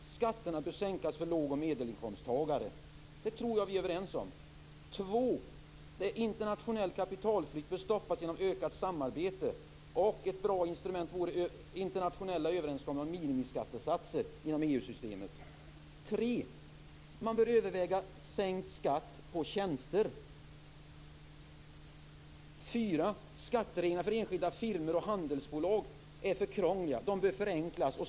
Skatterna bör sänkas för låg och medelinkomsttagare. 2. Internationell kapitalflykt bör stoppas genom ökat samarbete. Ett bra instrument vore internationella överenskommelser om minimiskattesatser inom 3. Man bör överväga sänkt skatt på tjänster. 4. Skattereglerna för enskilda firmor och handelsbolag är för krångliga. De bör förenklas.